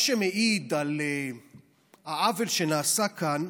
מה שמעיד על העוול שנעשה כאן,